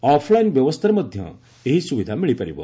of line ବ୍ୟବସ୍ଥାରେ ମଧ୍ୟ ଏହି ସୁବିଧା ମିଳିପାରିବ